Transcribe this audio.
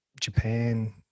Japan